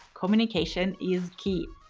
communication is key.